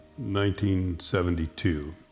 1972